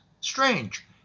Strange